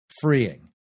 freeing